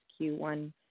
Q1